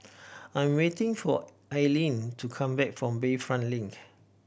I'm waiting for Aileen to come back from Bayfront Link